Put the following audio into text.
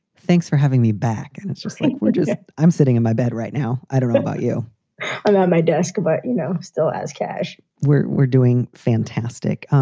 thanks for having me back. and it's just like we're just i'm sitting on my bed right now. i don't know about you on my desk. about, you know, still as cash we're we're doing fantastic.